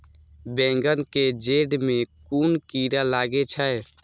बेंगन के जेड़ में कुन कीरा लागे छै?